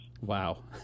Wow